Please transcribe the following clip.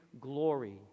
glory